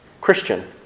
Christian